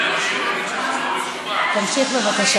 תישארו לבד.